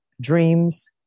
dreams